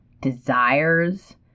Desires